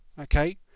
okay